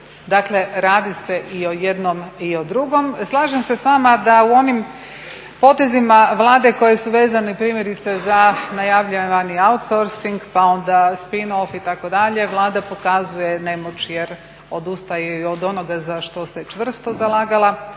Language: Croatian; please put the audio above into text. Dakle, radi se i o jednom i o drugom. Slažem se s vama da u onim potezima Vlade koji su vezani primjerice za najavljivani outsorcing, pa onda spin off itd. Vlada pokazuje nemoć jer odustaje i od onoga za što se čvrsto zalagala.